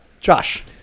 Josh